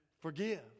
Forgive